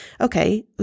okay